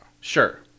Sure